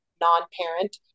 non-parent